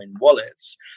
wallets